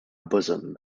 bosom